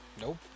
Nope